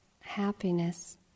happiness